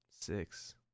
six